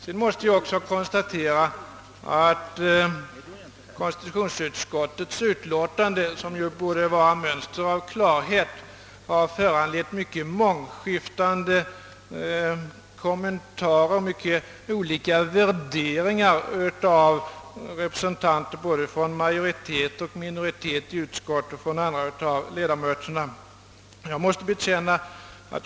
Jag måste också konstatera att konstitutionsutskottets utlåtande, som ju borde vara ett mönster av klarhet, har föranlett mycket mångskiftande kommentarer och olika värderingar av representanter i utskottet, både från majoritetens och minoritetens sida, och även av andra riksdagsledamöter.